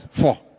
four